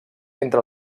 entre